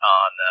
on